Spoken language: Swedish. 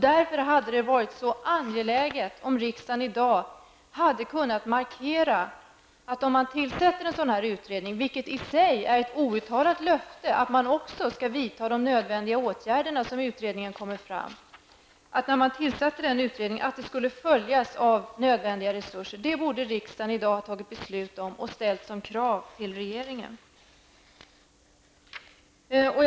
Därför hade det varit angeläget att riksdagen i dag skulle ha markerat att om man tillsätter en sådan utredning -- vilket i sig är ett outtalat löfte -- skall man också vidta de nödvändiga åtgärderna som utredningen kommer fram till. När man tillsatte den utredningen borde det ha följts av nödvändiga resurser. Det borde riksdagen i dag ha fattat beslut om och ställt som krav till regeringen. Fru talman!